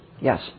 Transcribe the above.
Yes